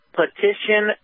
petition